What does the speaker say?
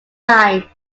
line